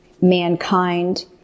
mankind